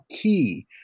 key